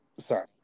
Sorry